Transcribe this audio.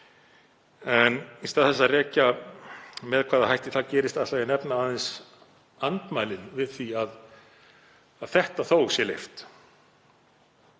Í stað þess að rekja með hvaða hætti það gerist ætla ég að nefna aðeins andmælin við því að þetta sé leyft.